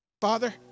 Father